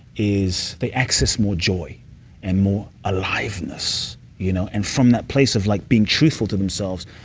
is they access more joy and more aliveness you know and from that place of like being truthful to themselves,